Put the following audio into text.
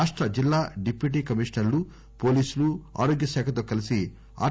రాష్ట జిల్లా డిప్యూటీ కమిషనర్లు పోలీసులు ఆరోగ్యశాఖతో కలసి ఆర్